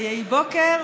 ויהי בוקר,